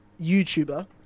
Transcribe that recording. youtuber